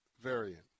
variant